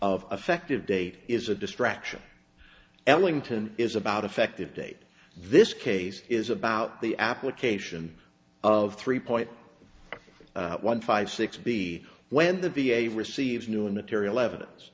of affective date is a distraction ellington is about effective date this case is about the application of three point one five six b when the v a receives new material evidence